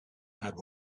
had